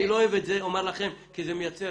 אני לא אוהב את זה כי זה מייצר